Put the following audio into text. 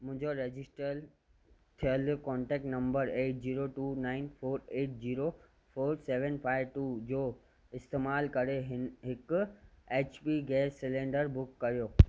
मुंजो रजिस्टल थियल contact number eight zero two nine four eight zero four seven five two जो इस्तेमालु करे हिन हिकु H P gas cylinder book कर्यो